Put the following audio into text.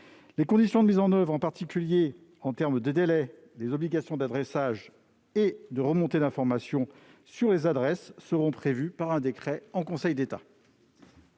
Les conditions de mise en oeuvre, en particulier du point de vue du délai, des obligations d'adressage et de remontée d'information sur les adresses seront définies par un décret en Conseil d'État.